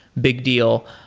big deal.